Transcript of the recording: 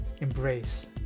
embrace